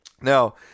now